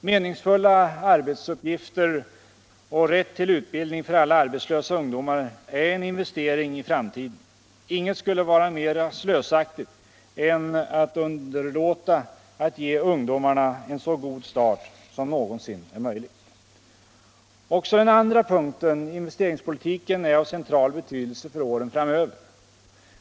Meningsfulla arbetsuppgifter och rätt till utbildning för alla arbetslösa ungdomar är en investering i framtiden. Inget skulle vara mera slösaktigt än att underlåta att ge ungdomarna en så god start som någonsin är möjligt. Också den andra punkten, investeringspolitiken, är av central betydelse för åren framöver.